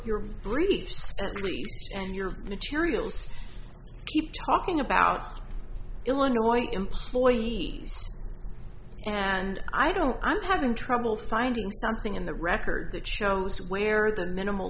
your briefs and your materials keep talking about illinois employees and i don't i'm having trouble finding something in the record that shows where the minimal